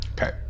Okay